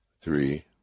three